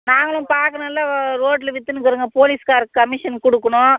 நாங்களும் பார்க்கணும்ல ரோட்ல வித்துன்னு இருக்கிறவங்க போலீஸ்கார் கமிஷன் கொடுக்கணும்